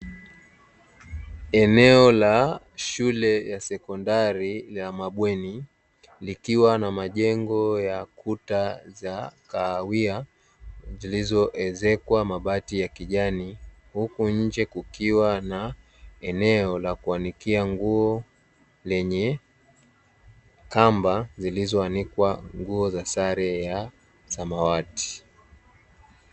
Eneo la shule ya sekondari ya mabweni, likiwa na majengo ya kuta za kahawia zilizoezekwa mabati ya kijani, huku nje kukiwa na eneo la kuanikia nguo lenye kamba zilizoanikwa nguo za sare ya samawati.